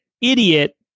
idiot